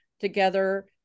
together